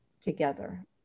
together